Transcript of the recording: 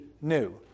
new